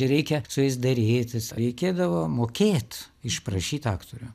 reikia su jais derėtis reikėdavo mokėt išprašyt aktorių